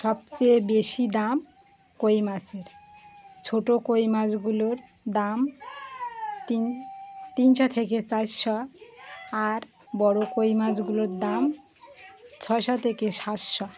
সবচেয়ে বেশি দাম কই মাছের ছোটো কই মাছগুলোর দাম তিন তিনশো থেকে চারশো আর বড়ো কই মাছগুলোর দাম ছশো থেকে সাতশো